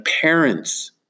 parents